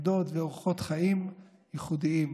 עמדות ואורחות חיים ייחודיים.